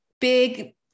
big